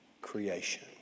creation